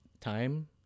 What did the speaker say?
time